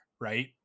right